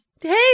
Hey